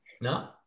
No